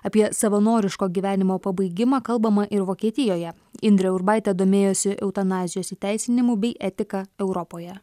apie savanoriško gyvenimo pabaigimą kalbama ir vokietijoje indrė urbaitė domėjosi eutanazijos įteisinimu bei etika europoje